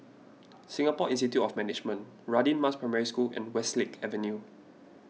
Singapore Institute of Management Radin Mas Primary School and Westlake Avenue